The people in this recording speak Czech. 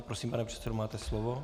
Prosím, pane předsedo, máte slovo.